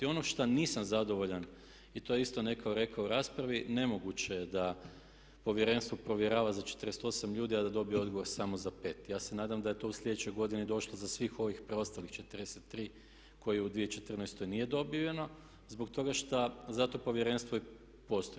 Ono što nisam zadovoljan i to je isto netko rekao u raspravi, nemoguće je da Povjerenstvo provjerava za 48 ljudi a da dobije odgovor samo za 5. Ja se nadam da je to u sljedećoj godini došlo za svih ovih preostalih 43 kojih u 2014. nije dobiveno zbog toga šta, zato Povjerenstvo i postoji.